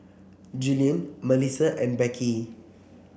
Julien Melissa and Beckie